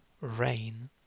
rain